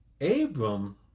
Abram